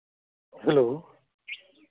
hello